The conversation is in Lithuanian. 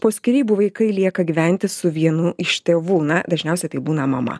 po skyrybų vaikai lieka gyventi su vienu iš tėvų na dažniausiai tai būna mama